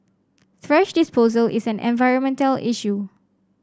thrash disposal is an environmental issue